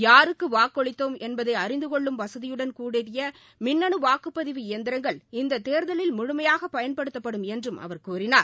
யாருக்கு வாக்களித்தோம் என்பதை அறிந்துகொள்ளும் வசதியுடன் கூடிய மின்னனு வாக்குப்பதிவு இயந்திரங்கள் இந்த தேர்தலில் முழுமையாக பயன்படுத்தப்படும் என்றும் அவர் கூறினார்